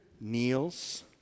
kneels